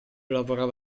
lavorava